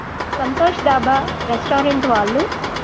Santosh dhaba restaurant వాళ్ళు